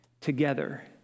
together